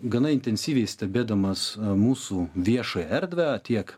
gana intensyviai stebėdamas mūsų viešą erdvę tiek